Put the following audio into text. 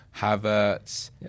Havertz